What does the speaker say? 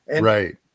Right